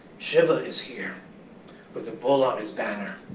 shiva is here with a bull on his banner.